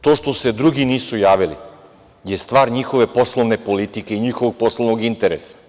To što se drugi nisu javili je stvar njihove poslovne politike i njihovog poslovnog interesa.